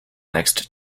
next